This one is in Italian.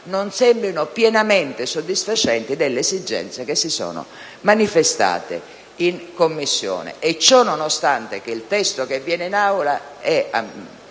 non sembrino pienamente soddisfacenti rispetto alle esigenze che si sono manifestate in Commissione: e ciò nonostante che il testo presentato all'esame